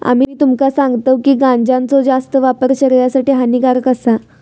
आम्ही तुमका सांगतव की गांजाचो जास्त वापर शरीरासाठी हानिकारक आसा